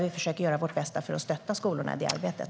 Vi gör vårt bästa för att stötta skolorna i det arbetet.